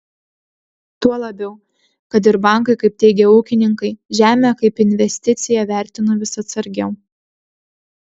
tuo labiau kad ir bankai kaip teigia ūkininkai žemę kaip investiciją vertina vis atsargiau